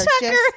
Tucker